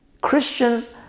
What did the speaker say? Christians